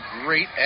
great